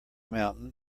mountain